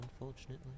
unfortunately